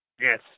Yes